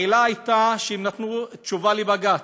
העילה הייתה שהם נתנו תשובה לבג"ץ.